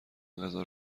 غذا